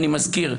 אני מזכיר,